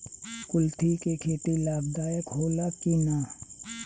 कुलथी के खेती लाभदायक होला कि न?